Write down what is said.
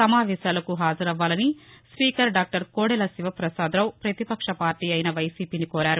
సమావేశాలకు హాజరవ్వాలని speaker doctor Kodela Sivaprasad పతిపక్ష పార్లీ అయిన వైసీపీని కోరారు